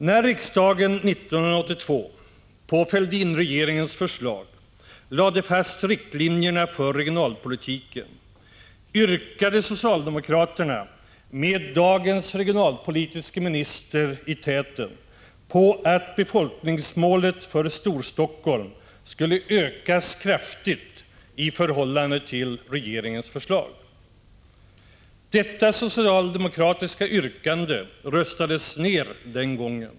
När riksdagen 1982, på Fälldinregeringens förslag, lade fast riktlinjerna för icgionalpolitiken yrkade socialdemokraterna med dagens regionalpolitiske minister i täten på att befolkningsmålet för Storstockholm skulle ökas kraftigt i förhållande till regeringens förslag. Detta socialdemokratiska yrkande röstades ner den gången.